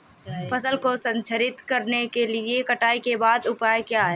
फसल को संरक्षित करने के लिए कटाई के बाद के उपाय क्या हैं?